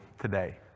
today